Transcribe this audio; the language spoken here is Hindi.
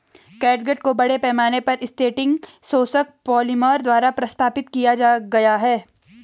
कैटगट को बड़े पैमाने पर सिंथेटिक शोषक पॉलिमर द्वारा प्रतिस्थापित किया गया है